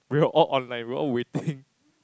we were all online we were all waiting